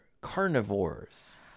carnivores